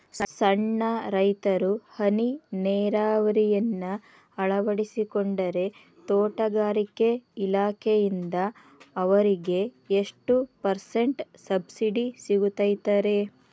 ಸಣ್ಣ ರೈತರು ಹನಿ ನೇರಾವರಿಯನ್ನ ಅಳವಡಿಸಿಕೊಂಡರೆ ತೋಟಗಾರಿಕೆ ಇಲಾಖೆಯಿಂದ ಅವರಿಗೆ ಎಷ್ಟು ಪರ್ಸೆಂಟ್ ಸಬ್ಸಿಡಿ ಸಿಗುತ್ತೈತರೇ?